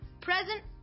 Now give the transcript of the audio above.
present